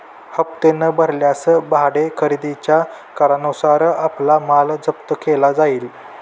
हप्ते न भरल्यास भाडे खरेदीच्या करारानुसार आपला माल जप्त केला जाईल